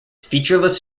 featureless